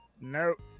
Nope